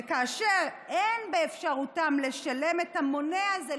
וכאשר אין באפשרותם לשלם את המונה הזה,